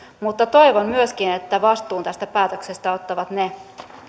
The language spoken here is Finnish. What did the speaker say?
mutta toivon myöskin että vastuun tästä päätöksestä ottavat ne